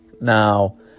Now